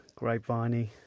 Grapeviney